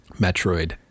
Metroid